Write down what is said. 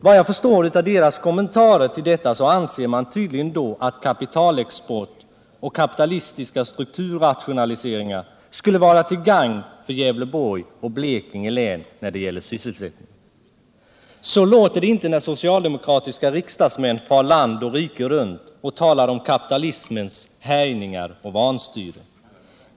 Vad jag förstår av deras kommentarer anser de tydligen att kapitalexport och kapitalistiska strukturrationaliseringar skulle vara till gagn för Gävleborgs och Blekinge län när det gäller sysselsättningen. Så låter det inte när socialdemokratiska riksdagsmän far land och rike runt och talar om kapitalismens härjningar och vanstyre.